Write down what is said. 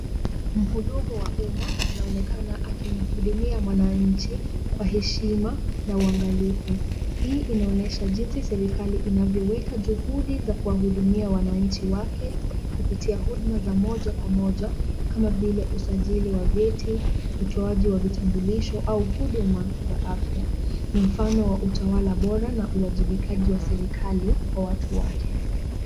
Mhudumu wa umma anaonekana akimhudumia mwananchi kwa heshima na uangalifu, hii inaonyesha jinsi serikali inavyoweka juhudi za kuwahudumia wananchi wake kupitia huduma za moja kwa moja kama vile usajili wa vyeti, utoaji wa vitambulisho au huduma za afya, ni mfano wa utawala bora na uwajibikaji wa serikali kwa watu wake.